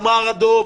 אמר הדוב,